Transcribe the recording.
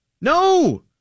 No